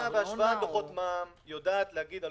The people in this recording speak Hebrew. המדינה משווה דוחות מע"מ ויודעת להגיד על